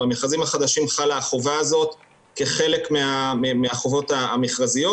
במכרזים החדשים חלה החובה הזאת כחלק מהחובות המכרזיות.